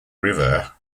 river